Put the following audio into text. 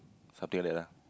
something like that lah